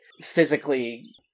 physically